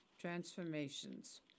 transformations